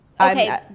Okay